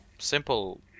Simple